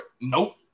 Nope